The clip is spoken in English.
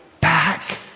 back